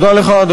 תודה לך.